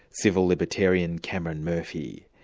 civil libertarian, cameron murphy.